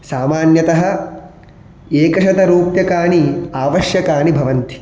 सामान्यतः एकशतरूप्यकाणि आवश्यकानि भवन्ति